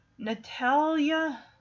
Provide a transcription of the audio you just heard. Natalia